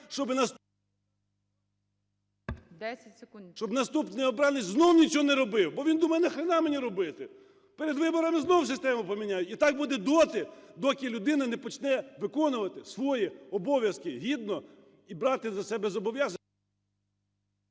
щоб наступний обранець знову нічого не робив. Бо він думає: на хріна мені робити, перед виборами знов систему поміняють. І так буде доти, доки людина не почне виконувати свої обов'язки гідно і брати на себе зобов'язання…